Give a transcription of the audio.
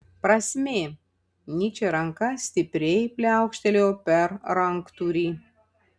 prasmė nyčė ranka stipriai pliaukštelėjo per ranktūrį